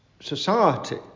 society